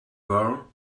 bar